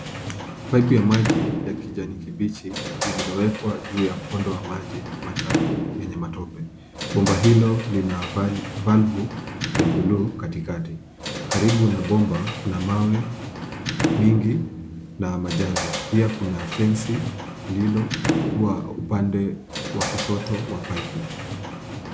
Pipe ya maji, ya kijani kibichi lililowekwa juu ya mkondo wa maji machafu yenye matope. Bomba hilo lina valvu ya buluu katikati. Karibu na bomba, kuna mawe mingi, na majani pia kuna fensi lilokuwa upande wa kushoto wa paipu.